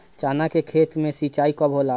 चना के खेत मे सिंचाई कब होला?